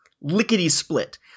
lickety-split